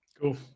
cool